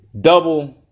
double